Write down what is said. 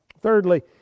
Thirdly